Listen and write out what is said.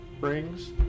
rings